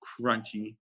crunchy